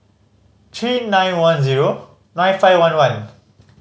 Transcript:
three nine one zero nine five one one